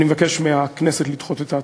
אני מבקש מהכנסת לדחות את ההצעות.